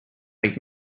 like